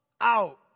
out